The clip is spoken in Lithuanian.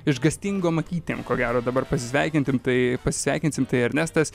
išgąstingom akytėm ko gero dabar pasisveikintim tai pasveikinsim tai ernestas